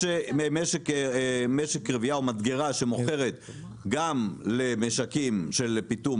ואם יש משק רביה או מדגרה שמוכרת גם למשקים של פיטום